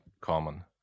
common